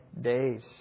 days